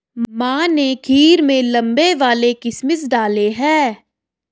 माँ ने खीर में लंबे वाले किशमिश डाले